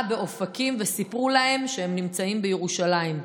באופקים וסיפרו להם שהם נמצאים בירושלים,